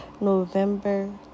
November